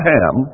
Ham